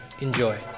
Enjoy